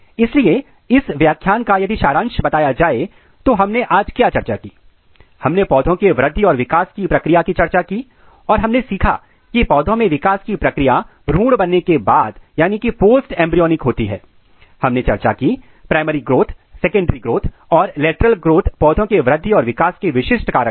इसलिए इस व्याख्यान का यदि सारांश बताया जाए तो हमने आज क्या चर्चा की हमने पौधे के वृद्धि और विकास की प्रक्रिया की चर्चा की और हमने सीखा की पौधों में विकास की प्रक्रिया भ्रूण बनने के बाद यानी कि पोस्ट एंब्रीयॉनिक होती है और हमने चर्चा की प्राइमरी ग्रोथ सेकेंडरी ग्रोथ और लेटरल ग्रोथ पौधे के वृद्धि और विकास के विशिष्ट कारक हैं